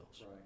Right